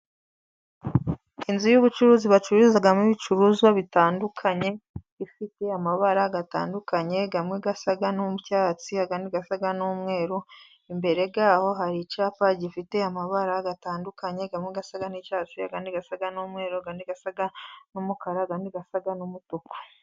Inzu y'ubucuruzi bacururizamo ibicuruzwa bitandukanye ifite amabara atandukanye amwe asa n'icyatsi, asa n'umweru. Imbere yaho hari icyapa gifite amabara atandukanye harimo asa n'icyatsi, asa n'umweru andasaga n'umukara nasa n'umutuku.